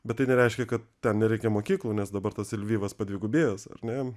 bet tai nereiškia kad ten nereikia mokyklų nes dabar tas lvivas padvigubėjęs ar ne